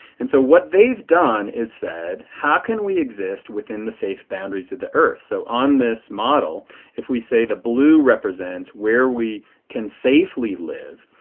and so what they have done is said, how can we exist within the safe boundaries of the earth. so on this model if we say the blue represents where we can safely live.